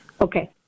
Okay